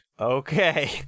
Okay